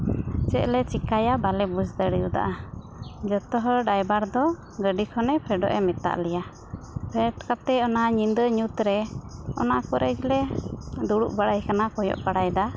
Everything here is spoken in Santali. ᱪᱮᱫ ᱞᱮ ᱪᱮᱠᱟᱭᱟ ᱵᱟᱞᱮ ᱵᱩᱡᱽ ᱫᱟᱲᱮᱣᱟᱫᱟ ᱡᱚᱛᱚ ᱦᱚᱲ ᱰᱟᱭᱵᱟᱨ ᱫᱚ ᱜᱟᱹᱰᱤ ᱠᱷᱚᱱ ᱯᱷᱮᱰᱚᱜᱼᱮ ᱢᱮᱛᱟᱫ ᱞᱮᱭᱟ ᱯᱷᱮᱰ ᱠᱟᱛᱮᱫ ᱚᱱᱟ ᱧᱤᱫᱟᱹ ᱧᱩᱛ ᱨᱮ ᱚᱱᱟ ᱠᱚᱨᱮ ᱜᱮᱞᱮ ᱫᱩᱲᱩᱵ ᱵᱟᱲᱟᱭ ᱠᱟᱱᱟ ᱠᱚᱭᱚᱜ ᱵᱟᱲᱟᱭ ᱫᱟ